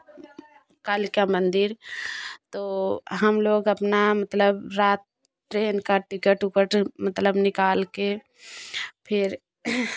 कालिका मंदिर तो हम लोग अपना मतलब रात ट्रेन का टिकट विकट मतलब निकाल कर फिर